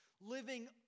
Living